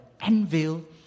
anvil